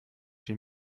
chi